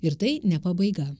ir tai ne pabaiga